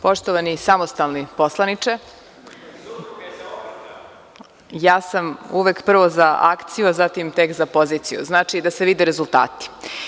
Poštovani samostalni poslaniče, ja sam uvek prvo za akciju a zatim tek za poziciju, znači, da se vide rezultati.